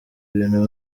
ibintu